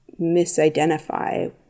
misidentify